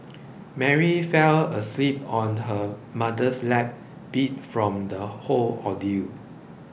Mary fell asleep on her mother's lap beat from the whole ordeal